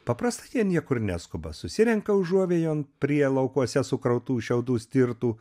paprastai jie niekur neskuba susirenka užuovėjon prie laukuose sukrautų šiaudų stirtų